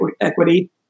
equity